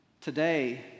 Today